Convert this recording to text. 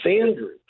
Andrew